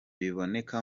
biboneka